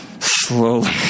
slowly